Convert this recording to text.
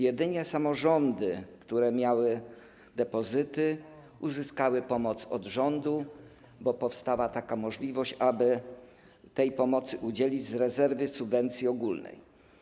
Jedynie samorządy, które miały depozyty, uzyskały pomoc od rządu, ponieważ powstała taka możliwość, aby tej pomocy udzielić z rezerwy subwencji ogólnej.